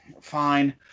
fine